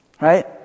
right